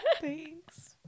Thanks